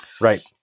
right